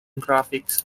graphics